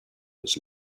his